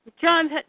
John